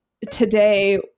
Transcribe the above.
Today